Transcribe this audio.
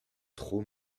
trop